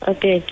Okay